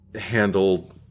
handled –